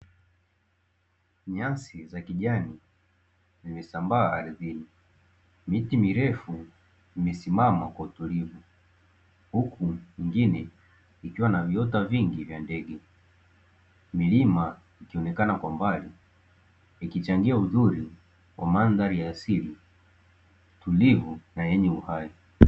Nyasi za kijani vimesambaa ardhini, miti mirefu imesimama kwa utulivu, huku mingine ikiwa na viota vingi vya ndege, milima ikionekana kwa mbali ikichangia uzuri wa mandhari ya asili, tulivu na yenye uhai.